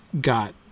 got